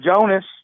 Jonas